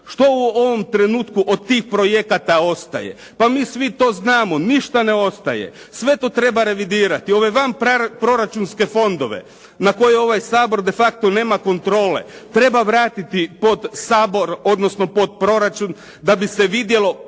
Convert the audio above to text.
Što u ovom trenutku od tih projekata ostaje? Pa mi svi to znamo, ništa ne ostaje. Sve to treba revidirati. Ove vanproračunske fondove na koje ovaj Sabor de facto nema kontrole. Treba vratiti pod Sabor odnosno pod proračun da bi se vidjelo